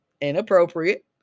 inappropriate